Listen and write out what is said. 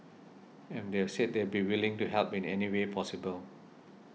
and they've said they'd be willing to help in any way possible